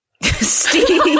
Steve